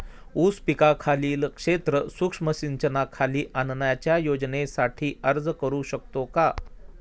ऊस पिकाखालील क्षेत्र सूक्ष्म सिंचनाखाली आणण्याच्या योजनेसाठी अर्ज करू शकतो का?